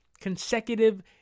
consecutive